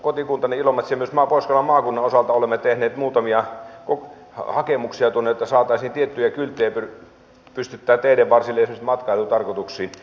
kotikuntani ilomantsin ja myös pohjois karjalan maakunnan osalta olemme tehneet muutamia hakemuksia tuonne että saataisiin tiettyjä kylttejä pystyttää teiden varsille esimerkiksi matkailutarkoituksiin